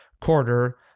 quarter